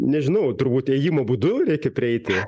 nežinau turbūt ėjimo būdu reikia prieiti